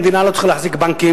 המדינה לא צריכה להחזיק בנקים.